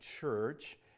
church